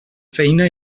feina